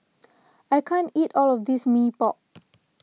I can't eat all of this Mee Pok